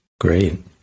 Great